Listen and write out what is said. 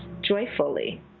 joyfully